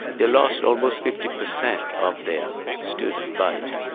they lost on most fifty percent of their student body.